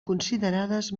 considerades